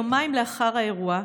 יומיים לאחר האירוע,